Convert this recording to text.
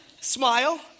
Smile